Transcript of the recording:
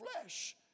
flesh